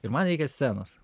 ir man reikia scenos